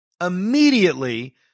Immediately